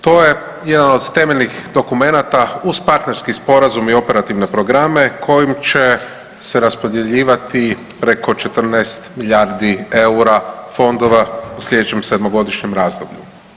To je jedan od temeljnih dokumenata uz partnerski sporazum i operativne programe kojim će se raspodjeljivati preko 14 milijardi eura fondova u sljedećem sedmogodišnjem razdoblju.